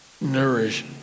nourish